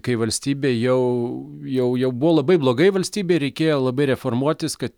kai valstybė jau jau jau buvo labai blogai valstybei reikėjo labai reformuotis kad